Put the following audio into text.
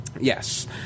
Yes